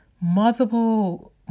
multiple